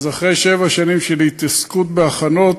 אחרי שבע שנים של התעסקות בהכנות,